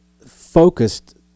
focused